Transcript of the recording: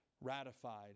ratified